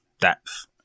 depth